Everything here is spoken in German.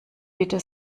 bitte